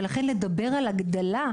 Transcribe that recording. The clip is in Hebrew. ולכן לדבר על הגדלה,